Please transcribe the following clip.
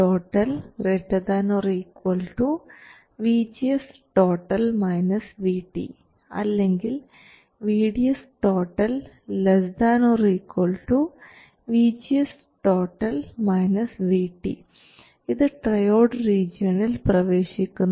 VDS ≥VGS VT അല്ലെങ്കിൽ VDS ≤ VGS VT ഇത് triode റീജിയണിൽ പ്രവേശിക്കുന്നു